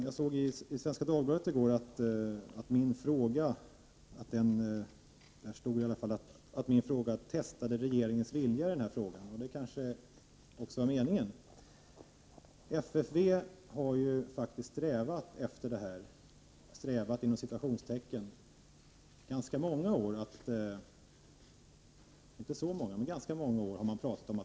Jag såg i Svenska Dagbladet i går att min fråga testade regeringens vilja i det avseendet. Det kanske också var meningen. FFV har i ganska många år ”strävat efter” att försöka bredda verksamheten till civil produktion.